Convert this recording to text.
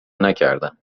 نکردم